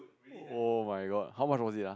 oh my god how much was it ah